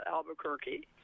Albuquerque